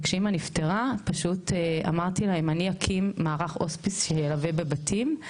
וכשאמא נפטרה פשוט אמרתי לה אם אני אקים מערך הוספיס שילווה בבתים,